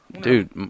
dude